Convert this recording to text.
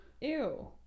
Ew